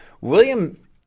William